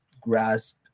grasp